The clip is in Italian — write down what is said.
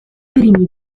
primi